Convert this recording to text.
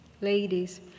Ladies